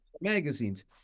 magazines